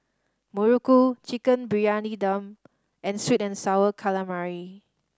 Muruku Chicken Briyani Dum and Sweet and Sour Calamari